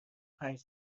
پنج